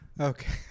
Okay